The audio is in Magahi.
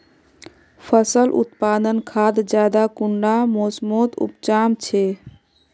फसल उत्पादन खाद ज्यादा कुंडा मोसमोत उपजाम छै?